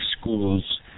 schools